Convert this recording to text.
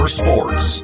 sports